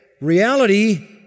reality